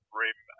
rim